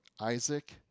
Isaac